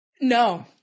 No